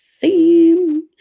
theme